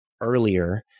earlier